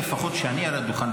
לפחות מהרגע שאני על הדוכן,